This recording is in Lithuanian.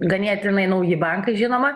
ganėtinai nauji bankai žinoma